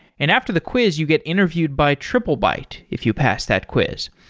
and after the quiz you get interviewed by triplebyte if you pass that quiz.